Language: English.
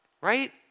Right